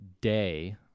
day